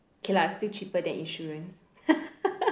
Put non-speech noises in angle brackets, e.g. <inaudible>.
okay lah still cheaper than insurance <laughs>